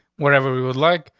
whatever we would like.